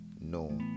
no